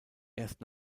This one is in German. erst